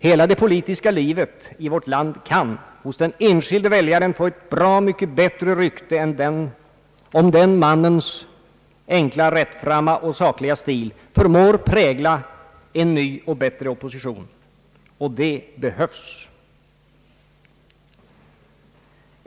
Hela det politiska livet i vårt land kan hos den enskilde väljaren få ett bra mycket bättre rykte om den mannens enkla, rättframma och sakliga stil förmår prägla en ny och bättre opposition. Det behövs.